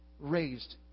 raised